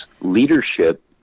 Leadership